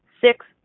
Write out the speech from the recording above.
six